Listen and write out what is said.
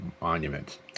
monuments